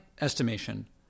estimation